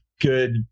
good